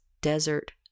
Desert